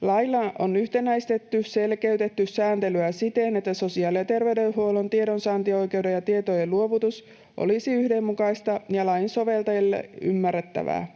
Lailla on yhtenäistetty ja selkeytetty sääntelyä siten, että sosiaali‑ ja terveydenhuollon tiedonsaantioikeudet ja tietojen luovutus olisivat yhdenmukaisia ja lain soveltajille ymmärrettäviä.